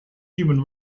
human